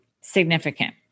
significant